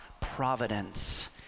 providence